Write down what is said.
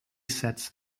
sets